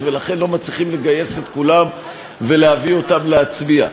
ולכן לא מצליחים לגייס את כולם ולהביא אותם להצביע.